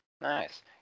Nice